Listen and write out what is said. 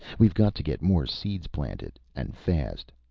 we've got to get more seeds planted, and fast.